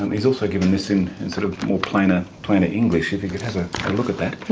and he's also given this in and sort of plainer plainer english, if you could have a look at that.